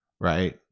Right